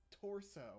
torso